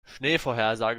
schneevorhersage